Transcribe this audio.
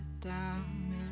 down